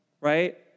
right